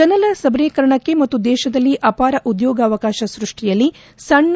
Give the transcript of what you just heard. ಜನರ ಸಬಲೀಕರಣಕ್ಕೆ ಮತ್ತು ದೇಶದಲ್ಲಿ ಅಪಾರ ಉದ್ಯೋಗಾವಕಾಶ ಸೃಷ್ಠಿಯಲ್ಲಿ ಸಣ್ಣ